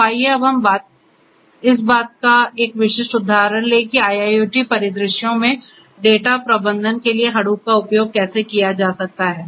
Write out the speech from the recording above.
तो आइए अब हम इस बात का एक विशिष्ट उदाहरण लें कि IIoT परिदृश्यों में डेटा प्रबंधन के लिए Hadoop का उपयोग कैसे किया जा सकता है